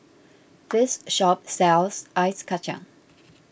this shop sells Ice Kacang